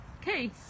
Okay